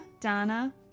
Donna